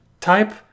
Type